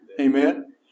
Amen